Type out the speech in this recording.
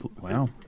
Wow